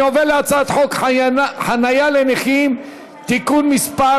אני עובר להצעת חוק חניה לנכים (תיקון מס'